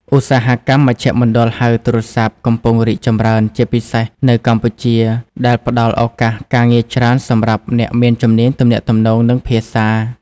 ឧស្សាហកម្មមជ្ឈមណ្ឌលហៅទូរស័ព្ទកំពុងរីកចម្រើន ជាពិសេសនៅកម្ពុជា ដែលផ្ដល់ឱកាសការងារច្រើនសម្រាប់អ្នកមានជំនាញទំនាក់ទំនង និងភាសា។